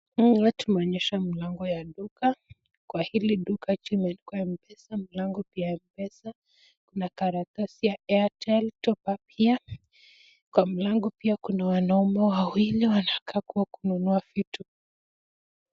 Hapa tumeonyeshwa mlango ya duka, kwa hili duka juu imeandikwa M-pesa ,mlango pia M-pesa na kuna karatasi ya airtel top up here , kwa mlango pia kuna wanaume wawili wanakaa kua kununua vitu.